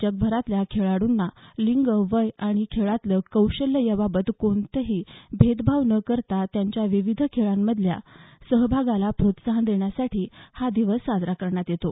जगभरातल्या खेळाडूंना लिंग वय आणि खेळातलं कौशल्य याबाबत कोणताही भेदभाव न करता त्यांच्या विविध खेळांमधल्या सहभागाला प्रोत्साहन देण्यासाठी हा दिवस साजरा करण्यात येतो